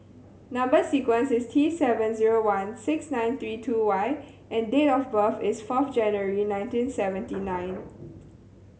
number sequence is T seven zero one six nine three two Y and date of birth is fourth January nineteen seventy nine